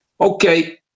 Okay